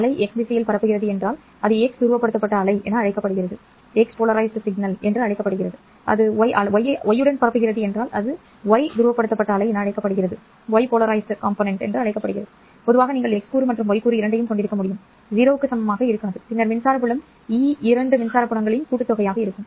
அலை x திசையில் பரப்புகிறது என்றால் அது x துருவப்படுத்தப்பட்ட அலை என அழைக்கப்படுகிறது அலை y உடன் பரப்புகிறது என்றால் அது y துருவப்படுத்தப்பட்ட அலை என அழைக்கப்படுகிறது பொதுவாக நீங்கள் x கூறு மற்றும் y கூறு இரண்டையும் கொண்டிருக்க முடியும் 0 க்கு சமமாக இருக்காது பின்னர் மின்சார புலம் E இரண்டு மின்சார புலங்களின் கூட்டுத்தொகையாக இருக்கும்